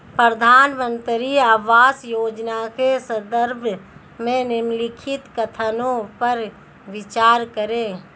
प्रधानमंत्री आवास योजना के संदर्भ में निम्नलिखित कथनों पर विचार करें?